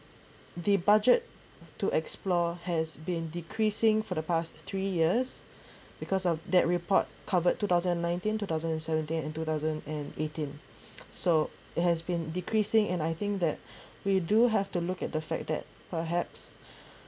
the budget to explore has been decreasing for the past three years because of that report covered two thousand and nineteen two thousand and seventeen and two thousand and eighteen so it has been decreasing and I think that we do have to look at the fact that perhaps